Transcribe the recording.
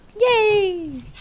Yay